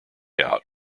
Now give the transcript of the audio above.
out